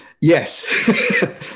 Yes